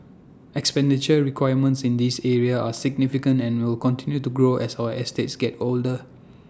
expenditure requirements in these areas are significant and will continue to grow as our estates get older